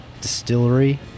distillery